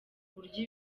buryo